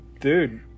Dude